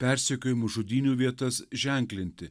persekiojimų žudynių vietas ženklinti